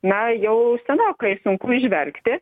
na jau senokai sunku įžvelgti